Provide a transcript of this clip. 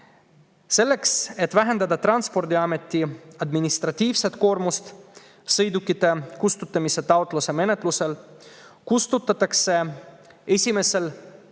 Selleks, et vähendada Transpordiameti administratiivset koormust sõidukite kustutamise taotluste menetlemisel, kustutatakse 1.